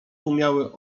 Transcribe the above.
umiały